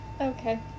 Okay